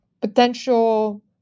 potential